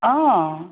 অঁ